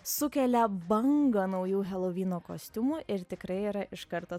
sukelia bangą naujų helovyno kostiumų ir tikrai yra iš karto